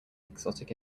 exotic